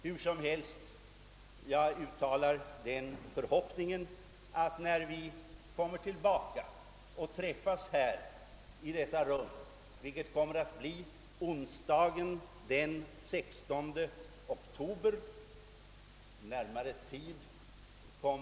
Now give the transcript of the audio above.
Hur som helst uttalar jag den förhoppningen, att vi, när vi på nytt möts i detta rum, vilket kommer att inträffa onsdagen den 16 oktober kl.